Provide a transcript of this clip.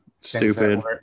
stupid